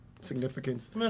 significance